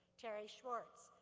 terry schwartz,